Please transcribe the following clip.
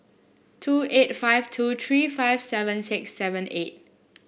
two eight five two three five seven six seven eight